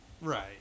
right